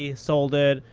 yeah sold it,